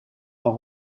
van